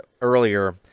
earlier